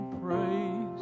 praise